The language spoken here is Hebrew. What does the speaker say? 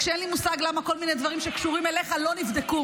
רק שאין לי מושג למה כל מיני דברים שקשורים אליך לא נבדקו.